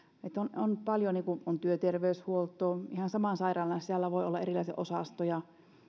on työterveyshuolto ihan saman sairaalan sisällä voi olla erilaisia osastoja